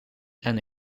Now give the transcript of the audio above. and